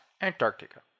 Antarctica